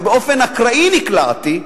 ובאופן אקראי נקלעתי,